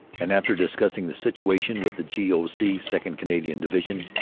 and after discussing the situation with the g. o. c, second. canadian division,